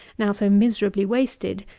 now so miserably wasted,